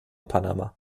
panama